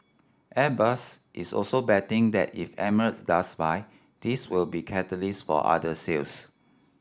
airbus is also betting that if Emirates does buy this will be catalyst for other sales